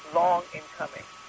long-incoming